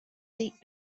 deep